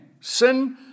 Sin